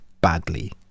badly